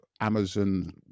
Amazon